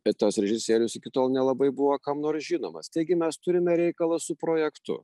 bet tas režisierius iki tol nelabai buvo kam nors žinomas taigi mes turime reikalą su projektu